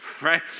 right